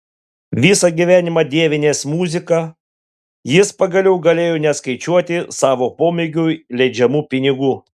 visą gyvenimą dievinęs muziką jis pagaliau galėjo neskaičiuoti savo pomėgiui leidžiamų pinigų